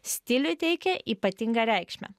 stiliui teikė ypatingą reikšmę